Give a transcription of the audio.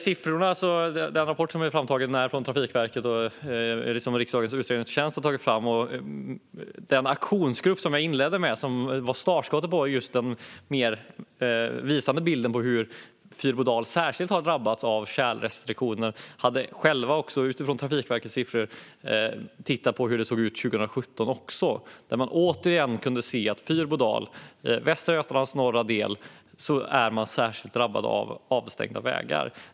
Siffrorna som riksdagens utredningstjänst har tagit fram visar hur Fyrbodal särskilt har drabbats av tjälrestriktioner. Den aktionsgrupp som jag inledde med att tala om hade själva utifrån Trafikverkets siffror tittat på hur det såg ut 2017. Där kunde man återigen se att Fyrbodal i Västra Götalands norra del är särskilt drabbat av avstängda vägar.